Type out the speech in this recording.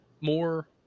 more